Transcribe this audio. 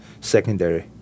secondary